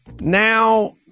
now